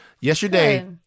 Yesterday